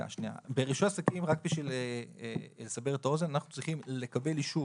ברישוי עסקים אנחנו צריכים לקבל אישור